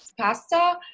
pasta